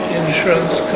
insurance